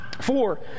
Four